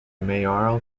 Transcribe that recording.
mayoral